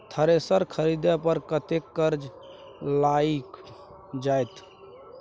Thresher खरीदे पर कतेक खर्च लाईग जाईत?